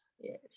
yes